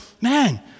man